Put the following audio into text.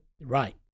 Right